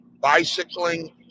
bicycling